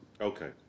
Okay